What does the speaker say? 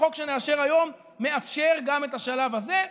החוק שנאשר היום מאפשר גם את השלב הזה.